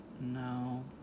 No